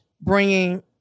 bringing